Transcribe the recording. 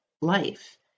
life